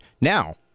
now